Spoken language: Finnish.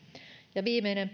viimeinen